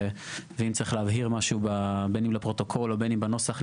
ואם צריך להבהיר בין אם לפרוטוקול ובין בנוסח,